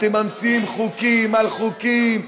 אתם ממציאים חוקים על חוקים.